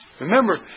Remember